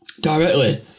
directly